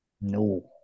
No